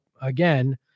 again